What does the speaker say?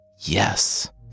yes